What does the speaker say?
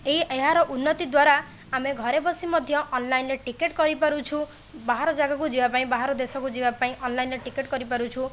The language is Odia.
ଏହି ଏହାର ଉନ୍ନତି ଦ୍ଵାରା ଆମେ ଘରେ ବସି ମଧ୍ୟ ଅନଲାଇନ୍ରେ ଟିକେଟ କରିପାରୁଛୁ ବାହାର ଜାଗା ଯିବା ପାଇଁ ବାହାର ଦେଶକୁ ଯିବା ପାଇଁ ଅନଲାଇନ୍ରେ ଟିକେଟ କରିପାରୁଛୁ